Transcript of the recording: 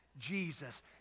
Jesus